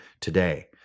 today